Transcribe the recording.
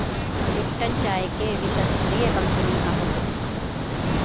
Lipton चाय के विश्वस्तरीय कंपनी हअ